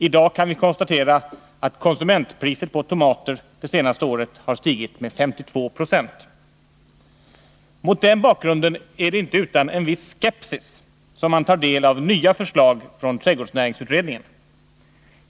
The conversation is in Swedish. I dag kan vi konstatera att konsumentpriset på tomater det senaste året har stigit med 52 I. Mot denna bakgrund är det inte utan en viss skepsis som man tar del av nya förslag från trädgårdsnäringsutredningen.